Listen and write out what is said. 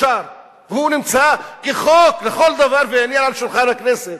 הוא נמצא כחוק לכל דבר ועניין על שולחן הכנסת,